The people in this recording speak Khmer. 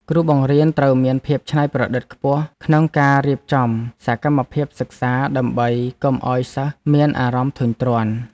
គ្រូបង្រៀនត្រូវមានភាពច្នៃប្រឌិតខ្ពស់ក្នុងការរៀបចំសកម្មភាពសិក្សា ដើម្បីកុំឱ្យសិស្សមានអារម្មណ៍ធុញទ្រាន់។